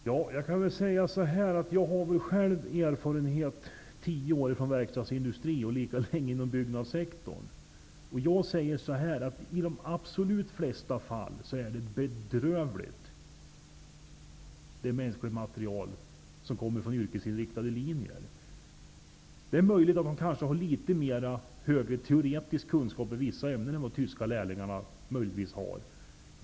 Herr talman! Jag har själv tio års erfarenhet från verkstadsindustrin och lika lång erfarenhet från byggnadsindustrin. I de absolut flesta fallen är det mänskliga materialet som kommer från yrkesinriktade linjer bedrövligt. Det är möjligt att de har litet större teoretiska kunskaper i vissa ämnen än de tyska lärlingarna.